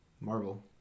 Marvel